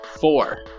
Four